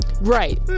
Right